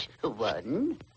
One